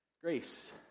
Grace